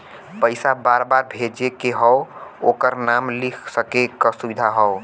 पइसा बार बार भेजे के हौ ओकर नाम लिख सके क सुविधा हौ